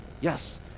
Yes